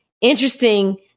interesting